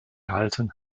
gehalten